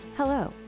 Hello